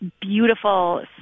beautiful